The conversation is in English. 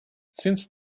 since